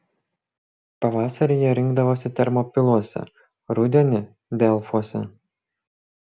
pavasarį jie rinkdavosi termopiluose rudenį delfuose